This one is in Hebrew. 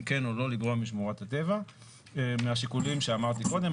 אם כן או לא לגרוע משמורת הטבע מהשיקולים שאמרתי קודם,